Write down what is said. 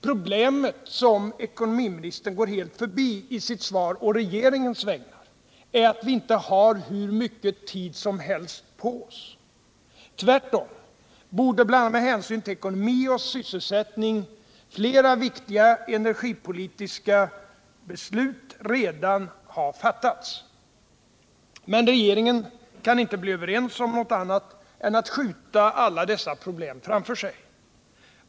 Problemet som ekonomiministern går helt förbi i sitt svar å regeringens vägnar är att vi inte har hur mycket tid som helst på oss. Tvärtom borde bl.a. med hänsyn till ekonomi och sysselsättning flera viktiga energipolitiska beslut redan ha fattats. Men regeringen kan inte bli överens om något annat än att skjuta alla dessa problem framför sig.